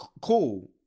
cool